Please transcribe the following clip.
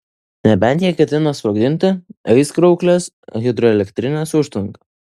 nebent jie ketina sprogdinti aizkrauklės hidroelektrinės užtvanką